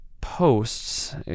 posts